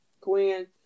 Quinn